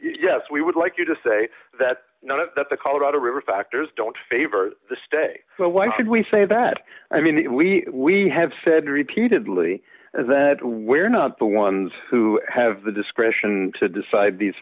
yes we would like you to say that none of the colorado river factors don't favor the stay so why should we say that i mean we we have said repeatedly that we're not the ones who have the discretion to decide these